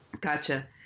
Gotcha